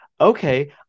okay